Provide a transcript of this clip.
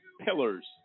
pillars